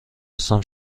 هستم